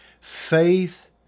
Faith